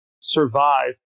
survive